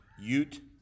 Ute